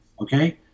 okay